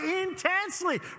intensely